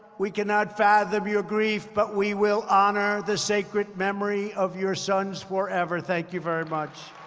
we cannot fathom your grief, but we will honor the sacred memory of your sons forever. thank you very much.